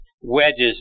Wedges